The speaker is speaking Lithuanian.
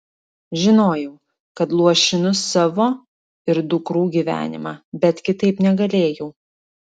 žinojau kad luošinu savo ir dukrų gyvenimą bet kitaip negalėjau